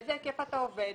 באיזה היקף אתה עובד,